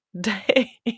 day